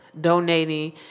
donating